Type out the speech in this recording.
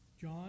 John